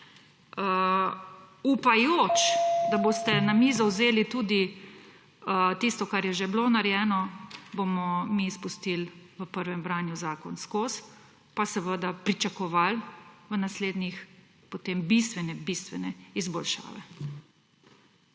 Upajoč, da boste na mizo vzeli tudi tisto, kar je že bilo narejeno, bomo mi spustili v prvem branju zakon skozi pa seveda pričakovali v naslednjih potem bistvene bistvene izboljšave.